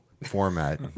Format